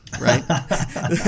right